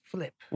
Flip